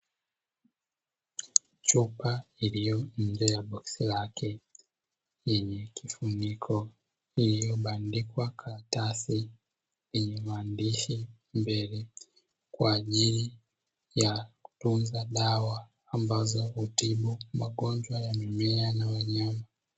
Chupa iliyo nje ya boksi lake yenye kifuniko iliyobandikwa karatasi yenye maandishi mbele kwa ajili ya kutunza dawa ambazo hutibu magonjwa ya mimea na wanyama.